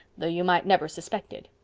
though you might never suspect it.